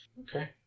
Okay